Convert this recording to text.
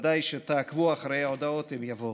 ודאי שתעקבו אחרי ההודעות, הן יבואו.